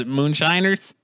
moonshiners